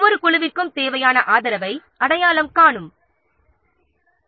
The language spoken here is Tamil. ஒவ்வொரு குழுவிற்கும் தேவையான ஆதரவை அடையாளம் காண வேண்டும்